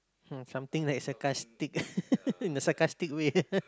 hmm something that is sarcastic the sarcastic way